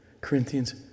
Corinthians